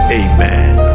amen